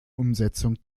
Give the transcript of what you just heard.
umsetzung